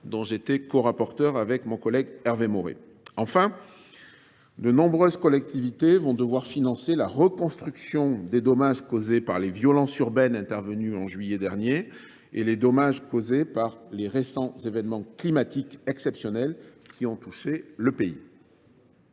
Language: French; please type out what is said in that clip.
dont j’ai été corapporteur avec mon collège Hervé Maurey. Enfin, de nombreuses collectivités vont devoir financer la réparation des dommages causés par les violences urbaines intervenues en juillet dernier et par les événements climatiques exceptionnels qui ont récemment touché le pays.